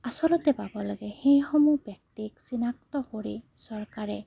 আচলতে পাব লাগে সেইসমূহ ব্যক্তিক চিনাক্ত কৰি চৰকাৰে